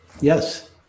Yes